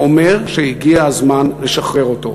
אומר שהגיע הזמן לשחרר אותו.